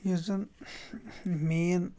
یۄس زَن مین